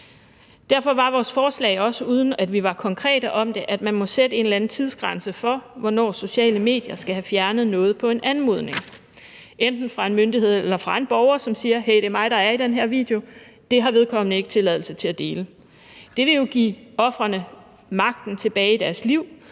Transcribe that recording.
Derfor var vores forslag også, uden at vi var konkrete om det, at man må sætte en eller anden tidsgrænse for, hvornår sociale medier skal have fjernet noget på en anmodning, enten fra en myndighed eller fra en borger, som siger: Hey, det er mig, der er i den her video, og det har vedkommende ikke tilladelse til at dele. Det ville give ofrene magten tilbage i deres liv,